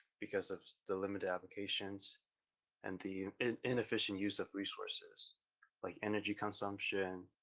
because of the limited applications and the inefficient use of resources like energy consumption,